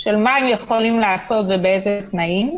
של מה הם יכולים לעשות ובאיזה תנאים,